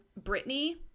Britney